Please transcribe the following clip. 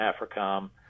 AFRICOM